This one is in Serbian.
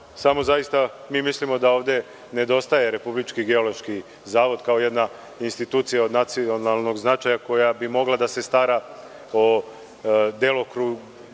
Zaista mi mislimo da ovde nedostaje Republički geološki zavod kao jedna institucija od nacionalnog značaja koja bi mogla da se stara o delokrugu